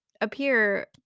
appear